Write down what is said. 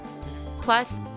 Plus